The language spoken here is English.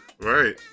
Right